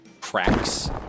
cracks